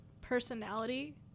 personality